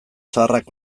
zaharrak